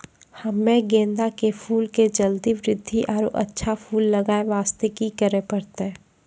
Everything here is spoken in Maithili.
हम्मे गेंदा के फूल के जल्दी बृद्धि आरु अच्छा फूल लगय वास्ते की करे परतै?